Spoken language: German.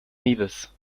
nevis